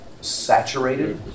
saturated